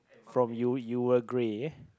from u~ Uruguay